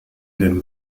denn